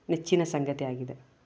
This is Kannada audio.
ನೆಚ್ಚಿನ ಸಂಗತಿ ಆಗಿದೆ